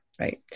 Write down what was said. Right